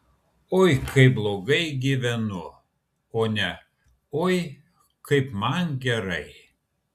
oi kaip blogai gyvenu o ne oi kaip man gerai